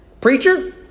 Preacher